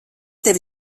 tevi